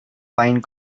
find